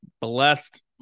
blessed